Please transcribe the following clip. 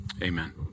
Amen